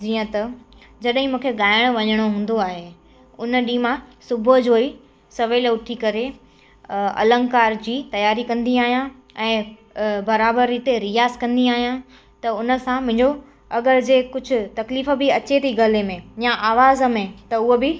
जीअं त जॾहिं मूंखे ॻाइण वञिणो हूंदो आहे उन ॾींहुं मां सुबुह जो ई सवेल उथी करे अलंकार जी तयारी कंदी आहियां ऐं बराबरि रीति रियाज़ कंदी आहियां त उन सां मुंहिंजो अगरि जंहिं कुझु तकलीफ़ बि अचे थी गले में या आवाज़ में त उहो बि